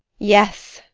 yes!